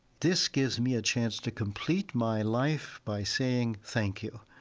this gives me a chance to complete my life by saying thank you.